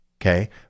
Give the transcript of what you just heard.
Okay